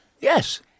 Yes